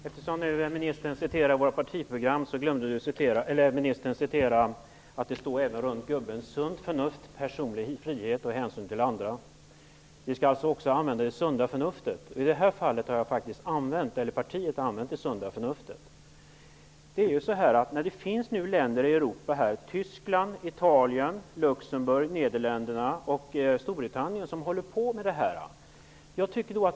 Herr talman! Ministern refererade ur vårt partiprogram, men han glömde att återge orden ''sunt förnuft, personlig frihet och hänsyn till andra''. Vi skall alltså även använda det sunda förnuftet. I det här fallet har partiet faktiskt använt det sunda förnuftet. Det finns länder i Europa -- Tyskland, Italien, som håller på med en omställning.